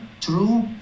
true